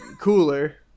cooler